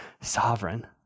sovereign